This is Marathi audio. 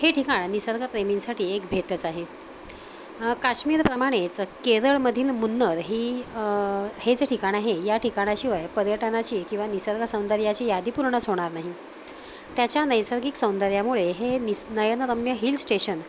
हे ठिकाण निसर्गप्रेमींसाठी एक भेटच आहे काश्मीरप्रमाणेच केरळमधील मुन्नार ही हे जे ठिकाण आहे या ठिकाणाशिवाय पर्यटनाची किंवा निसर्गसौंदर्याची यादी पूर्णच होणार नाही त्याच्या नैसर्गिक सौंदर्यामुळे हे निस नयनरम्य हिल स्टेशन